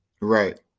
Right